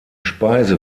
speise